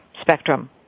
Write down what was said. spectrum